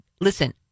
Listen